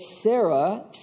Sarah